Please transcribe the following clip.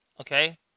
Okay